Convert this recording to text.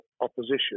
opposition